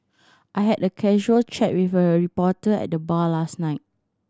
I had a casual chat with a reporter at the bar last night